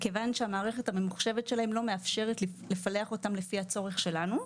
מכיוון שהמערכת הממוחשבת שלהם לא מאפשרת לפלח אותם לפי הצורך שלנו.